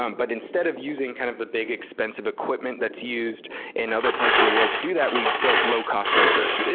um but instead of using kind of the big expensive equipment that's used in other parts of the world to do that, we built low-cost sensors.